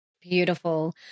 Beautiful